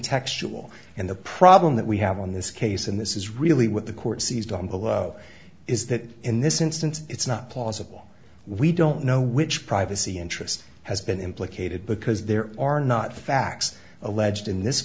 textual and the problem that we have on this case and this is really what the court seized on below is that in this instance it's not plausible we don't know which privacy interest has been implicated because there are not facts alleged